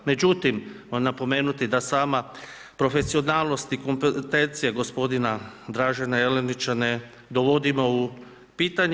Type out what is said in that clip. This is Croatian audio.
Međutim, napomenuti da sama profesionalnost i kompetencija gospodina Dražena Jelenića ne dovodimo u pitanje.